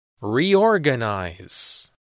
Reorganize